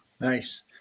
Nice